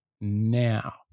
now